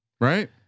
right